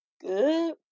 good